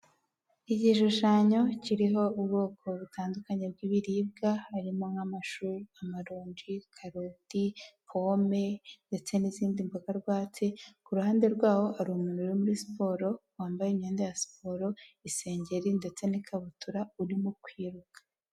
Igishushanyo kiriho ubwoko butandukanye bw'ibiribwa, harimo nk'amashu, amaronji, karoti, pome ndetse n'izindi mboga rwatsi, ku ruhande rwaho hari umuntu uri muri siporo, wambaye imyenda ya siporo, isengeri ndetse n'ikabutura urimo kwiruka.